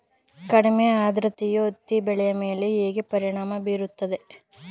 ಕಡಿಮೆ ಆದ್ರತೆಯು ಹತ್ತಿ ಬೆಳೆಯ ಮೇಲೆ ಹೇಗೆ ಪರಿಣಾಮ ಬೀರುತ್ತದೆ?